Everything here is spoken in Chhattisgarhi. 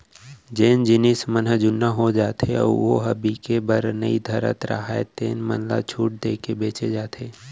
जेन जिनस मन ह जुन्ना हो जाथे अउ ओ ह बिके बर नइ धरत राहय तेन मन ल छूट देके बेचे जाथे